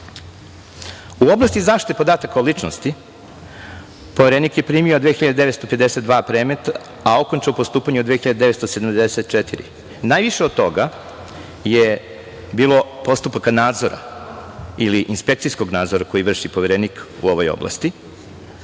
oblasti zaštite podataka o ličnosti, Poverenik je primio 2.952 predmeta, a okončao postupanje 2.974. Najviše od toga je bilo postupaka nadzora ili inspekcijskog nadzora koji vrši Poverenik u ovoj oblasti